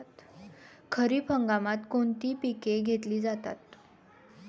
खरीप हंगामात कोणती पिके घेतली जातात?